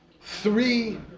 three